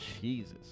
Jesus